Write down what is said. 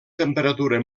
temperatura